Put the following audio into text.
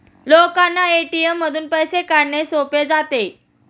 लोकांना ए.टी.एम मधून पैसे काढणे सोपे जाते